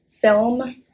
film